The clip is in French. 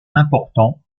important